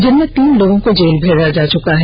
जिनमें तीन लोगों को जेल भेजा जा चुका है